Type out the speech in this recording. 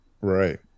Right